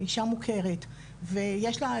האישה מוכרת ויש לה,